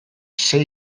sei